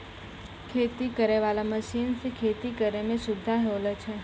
खेती करै वाला मशीन से खेती करै मे सुबिधा होलो छै